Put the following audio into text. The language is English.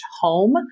home